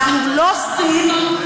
אנחנו לא סין,